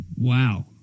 Wow